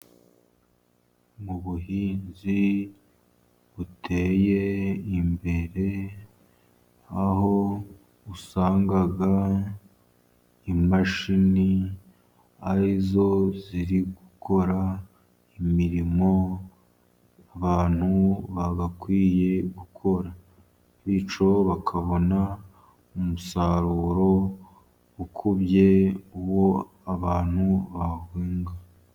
Mu buhinzi buteye imbere aho usangaga imashini ari zo ziri gukora imirimo abantu babakwiye gukora, bityo bakabona umusaruro ukubye uwo abantu babonaga.